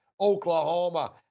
Oklahoma